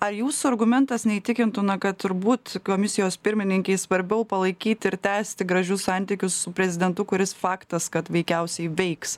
ar jūsų argumentas neįtikintų na kad turbūt komisijos pirmininkei svarbiau palaikyti ir tęsti gražius santykius su prezidentu kuris faktas kad veikiausiai veiks